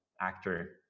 actor